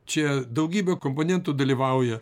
čia daugybė komponentų dalyvauja